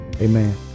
Amen